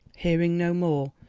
hearing no more,